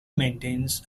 maintains